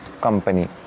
company